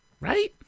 Right